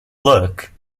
look